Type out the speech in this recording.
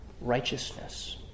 righteousness